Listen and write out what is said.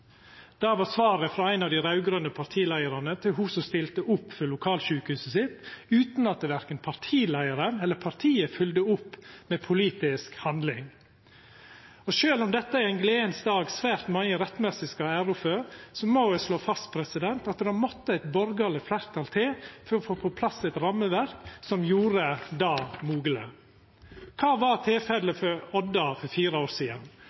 om», var svaret frå ein av dei raud-grøne partileiarane til ho som stilte opp for lokalsjukehuset sitt, utan at verken partileiaren eller partiet følgde opp med politisk handling. Sjølv om dette er ein gledesdag svært mange rettmessig skal ha æra for, må eg slå fast at det måtte eit borgarleg fleirtal til for å få på plass eit rammeverk som gjorde det mogleg. Kva var tilfellet for Odda for fire år sidan?